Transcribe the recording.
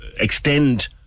extend